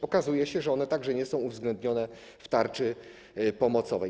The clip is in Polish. Okazuje się, że one także nie są uwzględnione w tarczy pomocowej.